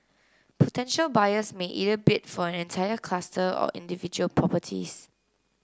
potential buyers may either bid for an entire cluster or individual properties